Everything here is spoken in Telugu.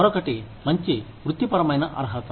మరొకటి మంచి వృత్తిపరమైన అర్హత